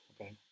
okay